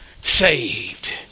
saved